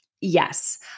Yes